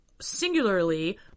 singularly